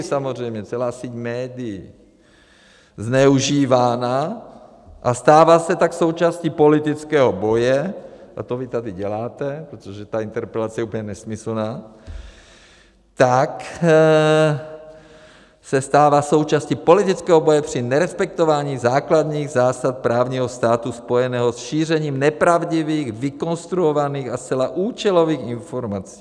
samozřejmě, celá síť médií! zneužívána, a stává se tak součástí politického boje a to vy tady děláte, protože ta interpelace je úplně nesmyslná tak se stává součástí politického boje při nerespektování základních zásad právního státu spojeného s šířením nepravdivých, vykonstruovaných a zcela účelových informací.